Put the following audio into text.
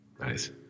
Nice